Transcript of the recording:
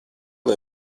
lai